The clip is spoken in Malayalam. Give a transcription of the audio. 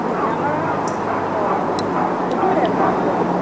മ്മ് ഞങ്ങള് എന്തുവാ പുത്തൂരായിരുന്നു താമസിച്ചുകൊണ്ടിരുന്നത്